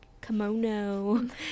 kimono